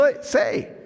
say